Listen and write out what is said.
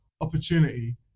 opportunity